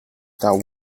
that